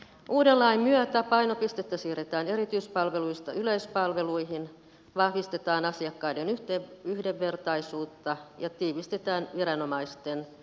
uuden lain myötä painopistettä siirretään erityispalveluista yleispalveluihin vahvistetaan asiakkaiden yhdenvertaisuutta ja tiivistetään viranomaisten yhteistyötä